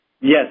Yes